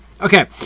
Okay